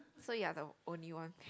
so you are the only one